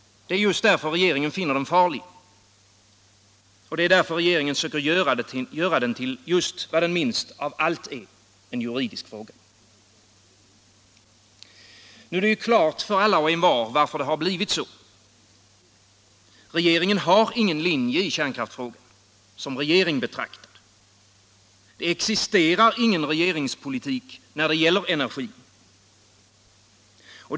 Det är just därför regeringen finner. = den farlig. Det är därför regeringen söker göra den till just vad den minst = Särskilt tillstånd att av allt är — en juridisk fråga. tillföra kärnreak Nu är det ju klart för alla och envar varför det blivit så. Regeringen tor kärnbränsle, har ingen linje i kärnkraftsfrågan — som regering betraktad. Det existerar m.m. ingen regeringspolitik när det gäller energin.